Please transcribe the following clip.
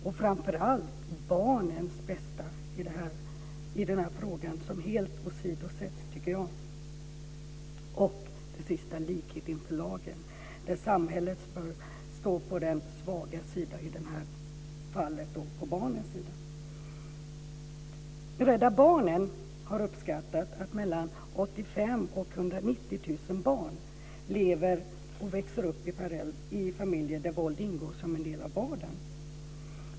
Jag tycker att barnens bästa helt åsidosätts i den här frågan. Till sist har vi likheten inför lagen. Samhället bör stå på den svagas sida, i det här fallet på barnets sida. Rädda Barnen har uppskattat att mellan 85 000 och 190 000 barn lever och växer upp i familjer där våld ingår som en del av vardagen.